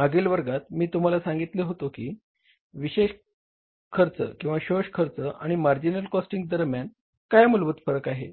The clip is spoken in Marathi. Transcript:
मागील वर्गात मी तुम्हाला सांगत होतो की शोष खर्च आणि मार्जिनल कॉस्टिंग दरम्यान काय मूलभूत फरक आहे